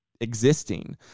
existing